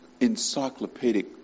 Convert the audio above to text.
encyclopedic